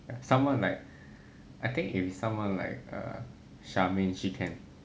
someone like I think if it's someone like err charmaine she can